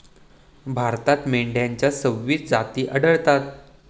भारतात मेंढ्यांच्या सव्वीस जाती आढळतात